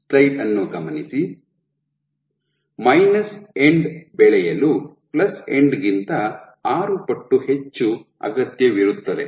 minus end ಬೆಳೆಯಲು plus end ಗಿಂತ ಆರು ಪಟ್ಟು ಹೆಚ್ಚು ಅಗತ್ಯವಿರುತ್ತದೆ